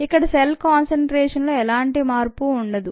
ఇక్కడ cell concentration లో ఎలాంటి మార్పు ఉండదు